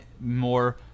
more